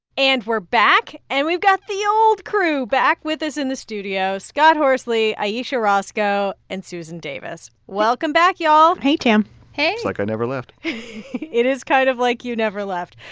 and we're back. and we've got the old crew back with us in the studio scott horsley, ayesha rascoe and susan davis. welcome back, y'all hey, tam hey it's like i never left it is kind of like you never left.